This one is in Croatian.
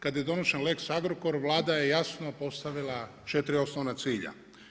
Kad je donošen lex Agrokor, Vlada je jasno postavila 4 osnovna cilja.